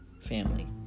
family